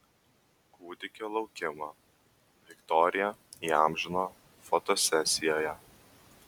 kūdikio laukimą viktorija įamžino fotosesijoje